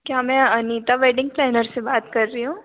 क्या मैं Anita wedding planners से बात कर रही हूँ